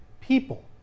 People